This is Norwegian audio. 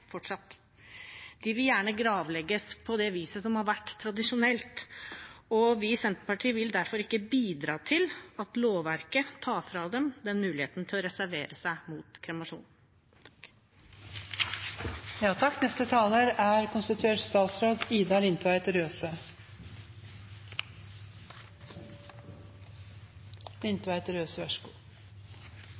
De vil gjerne gravlegges på det viset som har vært tradisjonelt, og vi i Senterpartiet vil derfor ikke bidra til at lovverket tar fra dem den muligheten til å reservere seg mot kremasjon.